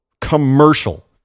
commercial